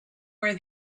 where